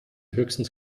höchstens